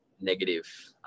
negative